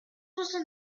soixante